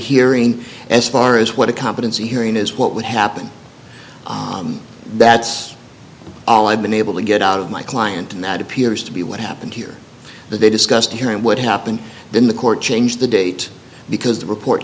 hearing as far as what a competency hearing is what would happen that's all i've been able to get out of my client and that appears to be what happened here that they discussed here and what happened in the court changed the date because the report